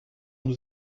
nous